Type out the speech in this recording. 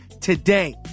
today